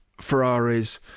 Ferraris